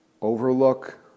overlook